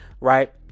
right